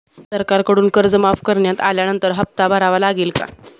सरकारकडून कर्ज माफ करण्यात आल्यानंतर हप्ता भरावा लागेल का?